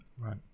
Right